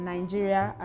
Nigeria